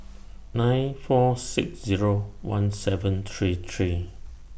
nine four six Zero one seven three three